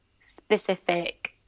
specific